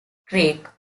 creek